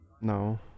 No